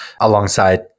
alongside